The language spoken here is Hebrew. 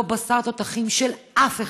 לא בשר תותחים של אף אחד,